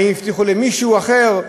האם הבטיחו למישהו אחר.